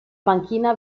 panchina